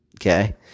Okay